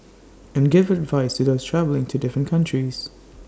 and give advice to those travelling to different countries